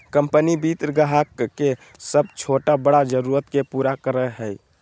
company वित्त ग्राहक के सब छोटा बड़ा जरुरत के पूरा करय हइ